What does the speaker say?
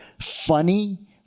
funny